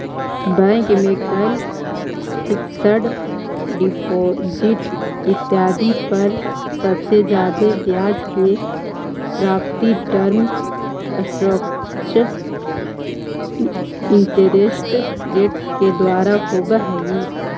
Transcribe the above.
bank में कैल fixed deposit इत्यादि पर सबसे जादे ब्याज के प्राप्ति टर्म स्ट्रक्चर्ड इंटरेस्ट रेट के द्वारा होवऽ हई